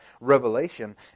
revelation